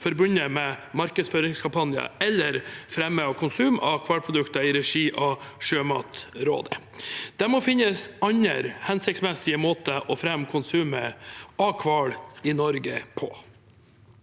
forbundet med markedsføringskampanjer eller fremme av konsum av hvalprodukter i regi av Sjømatrådet. Det må finnes andre hensiktsmessige måter å fremme konsumet av hval i Norge på.